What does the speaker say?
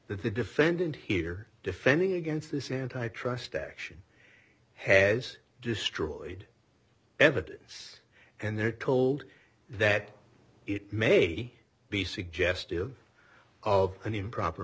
the defendant here defending against this antitrust action has destroyed evidence and they're told that it may be suggestive of an improper